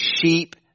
sheep